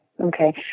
Okay